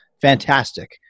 Fantastic